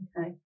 Okay